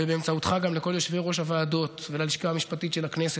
ובאמצעותך גם לכל יושבי-ראש הוועדות וללשכה המשפטית של הכנסת